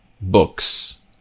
books